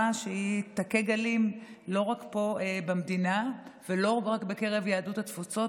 שתכה גלים לא רק פה במדינה ולא רק בקרב יהדות התפוצות,